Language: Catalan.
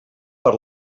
per